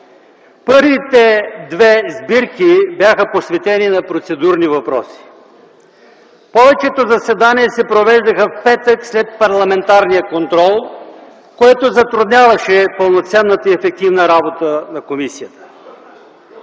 Първите две сбирки бяха посветени на процедурни въпроси. Повечето заседания се провеждаха в петък след парламентарния контрол, което затрудняваше пълноценната и ефективна работа на комисията.